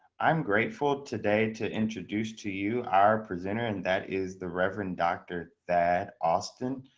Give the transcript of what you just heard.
i'm grateful today to introduce to you our presenter and that is the reverend dr. that austin.